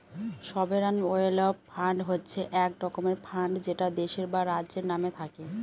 sovereign wealth fund হচ্ছে এক রকমের ফান্ড যেটা দেশের বা রাজ্যের নামে থাকে